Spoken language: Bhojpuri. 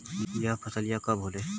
यह फसलिया कब होले?